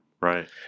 Right